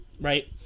right